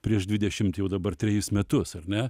prieš dvidešimt jau dabar trejus metus ar ne